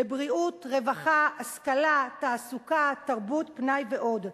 בבריאות, רווחה, השכלה, תעסוקה, תרבות, פנאי ועוד.